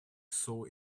saw